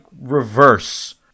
reverse